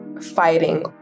fighting